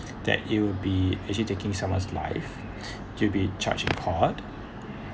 that it'll be actually taking someone's live to be charged in court